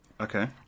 Okay